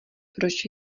proč